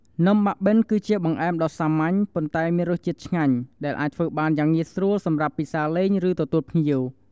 នំបាក់បិនគឺជាបង្អែមដ៏សាមញ្ញ ប៉ុន្តែមានរសជាតិឆ្ងាញ់ ដែលអាចធ្វើបានយ៉ាងងាយស្រួលសម្រាប់ពិសារលេង ឬទទួលភ្ញៀវ។